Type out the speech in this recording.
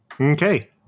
Okay